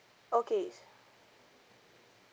okay